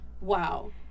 wow